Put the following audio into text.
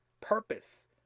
purpose